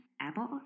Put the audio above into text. Apple